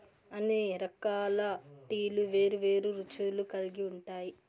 అన్ని రకాల టీలు వేరు వేరు రుచులు కల్గి ఉంటాయి